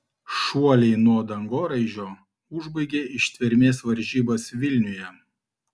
šuoliai nuo dangoraižio užbaigė ištvermės varžybas vilniuje